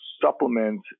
supplement